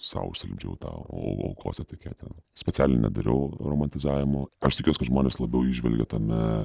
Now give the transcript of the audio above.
sau užsilipdžiau tą au aukos etiketę specialiai nedariau romantizavimo aš tikiuosi kad žmonės labiau įžvelgia tame